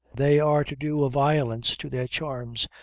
they are to do a violence to their charms,